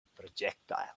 projectile